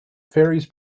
ferries